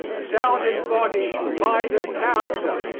sound in body, mind, and character,